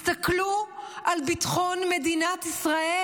הסתכלו על ביטחון מדינת ישראל.